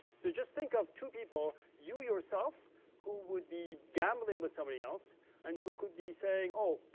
so, just think of two people, you yourself who would be gambling with somebody else and who could be saying, oh,